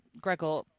Gregor